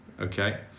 okay